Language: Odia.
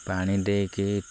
ପାଣି ଦେଇକି